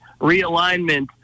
realignment